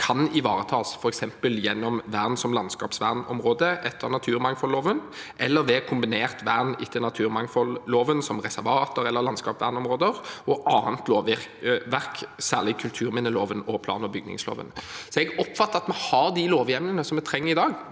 kan ivaretas f.eks. gjennom vern som landskapsvernområde etter naturmangfoldloven, eller ved kombinert vern etter naturmangfoldloven, som reservater eller landskapsvernområder, og via annet lovverk, særlig kulturminneloven og plan- og bygningsloven. Jeg oppfatter at vi har de lovhjemlene som vi trenger i dag